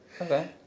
Okay